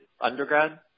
undergrad